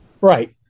Right